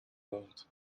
world